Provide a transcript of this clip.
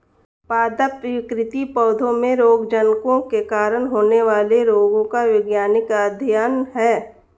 पादप विकृति पौधों में रोगजनकों के कारण होने वाले रोगों का वैज्ञानिक अध्ययन है